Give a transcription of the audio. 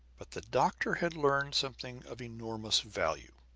but the doctor had learned something of enormous value.